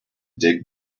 dig